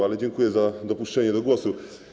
Ale dziękuję za dopuszczenie do głosu.